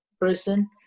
person